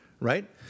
right